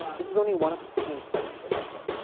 this is only one of sixteen studies, as i said.